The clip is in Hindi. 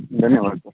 धन्यवाद सर